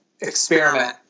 experiment